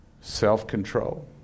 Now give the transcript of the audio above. self-control